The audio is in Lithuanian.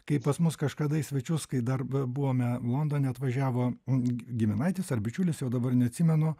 kaip pas mus kažkada į svečius kai dar buvome londone atvažiavo giminaitis ar bičiulis jau dabar neatsimenu